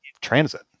transit